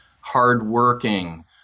hardworking